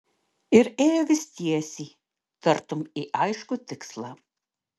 ir ėjo vis tiesiai tartum į aiškų tikslą